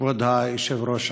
כבוד היושב-ראש,